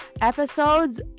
episodes